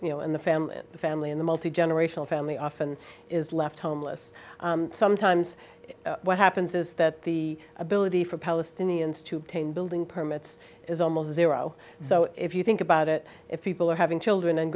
you know and the family the family in the multi generational family often is left homeless sometimes what happens is that the ability for palestinians to obtain building permits is almost zero so if you think about it if people are having children and